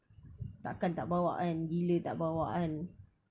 takkan tak bawa kan gila tak bawa kan